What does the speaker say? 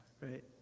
Right